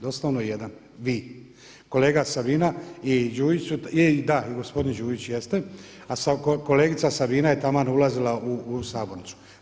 Doslovno jedan, vi kolega, Sabina i Đujić i da i gospodin Đujić jeste, a kolegica Sabina je taman ulazila u sabornicu.